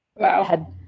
Wow